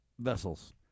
vessels